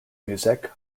music